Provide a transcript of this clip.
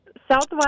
Southwest